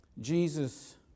Jesus